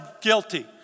guilty